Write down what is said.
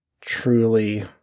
truly